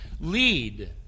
lead